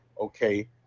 okay